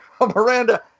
Miranda